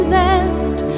left